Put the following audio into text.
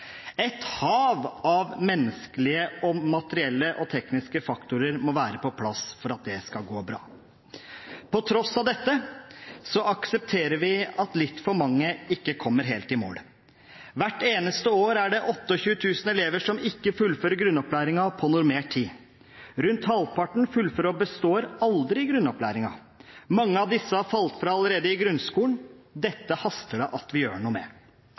Et hav av menneskelige, materielle og tekniske faktorer må være på plass for at det skal gå bra. På tross av dette aksepterer vi at litt for mange ikke kommer helt i mål. Hvert eneste år er det 28 000 elever som ikke fullfører grunnopplæringen på normert tid. Rundt halvparten fullfører og består aldri grunnopplæringen. Mange av disse har falt fra allerede i grunnskolen. Dette haster det at vi gjør noe med.